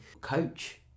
coach